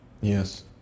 Yes